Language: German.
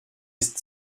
ist